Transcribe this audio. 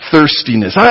thirstiness